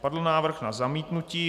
Padl návrh na zamítnutí.